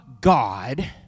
God